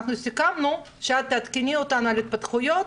אנחנו סיכמנו שאת תעדכני אותנו על ההתפתחויות,